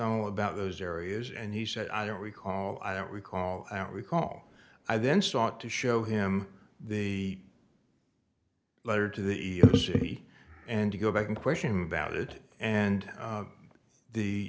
e about those areas and he said i don't recall i don't recall i don't recall i then sought to show him the letter to the city and to go back and question about it and